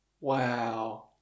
Wow